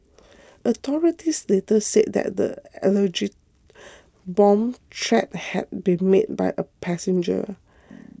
authorities later said the alleged bomb threat had been made by a passenger